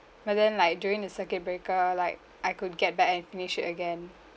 but then like during the circuit breaker like I could get back and finish it again